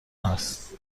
هست